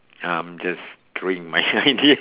um just throwing my idea